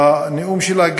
בנאום שלה,